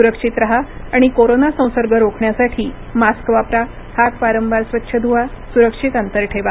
सुरक्षित राहा आणि कोरोना संसर्ग रोखण्यासाठी मास्क वापरा हात वारंवार स्वच्छ धुवा सुरक्षित अंतर ठेवा